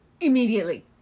immediately